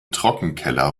trockenkeller